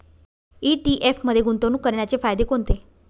ETF मध्ये गुंतवणूक करण्याचे फायदे कोणते?